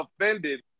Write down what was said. offended